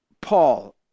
Paul